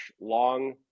long